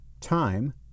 time